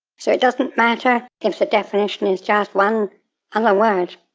so it doesn't matter if the definition is just one other word.